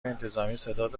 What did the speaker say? انتظامی، ستاد